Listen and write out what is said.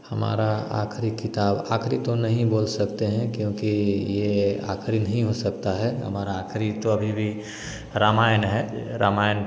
हमारा आखिरी किताब आखिरी तो नहीं बोल सकते हैं क्योंकि ये आखिरी नहीं हो सकता है हमारा आखरी तो अभी भी रामायण है रामायण